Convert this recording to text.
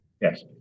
Yes